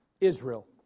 Israel